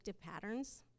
patterns